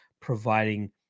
providing